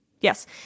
Yes